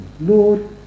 Lord